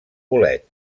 bolet